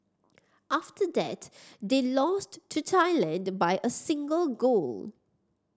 after that they lost to Thailand by a single goal